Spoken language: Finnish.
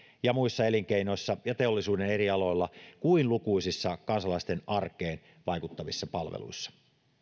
ja muissa elinkeinoissa ja teollisuuden eri aloilla kuin lukuisissa kansalaisten arkeen vaikuttavissa palveluissa